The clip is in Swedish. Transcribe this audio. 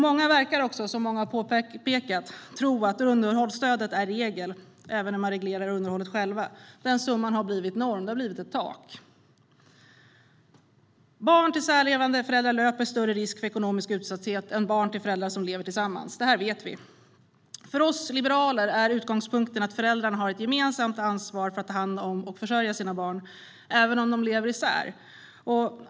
Många verkar också tro - som det har påpekats - att underhållsstödet är regel även när föräldrarna reglerar underhållet själva, så den summan har blivit norm, blivit ett tak. Barn till särlevande föräldrar löper större risk för ekonomisk utsatthet än barn till föräldrar som lever tillsammans. Det vet vi. För oss liberaler är utgångspunkten att föräldrarna har ett gemensamt ansvar för att ta hand om och försörja sina barn även om de lever isär.